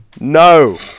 No